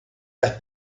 las